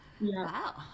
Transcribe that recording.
Wow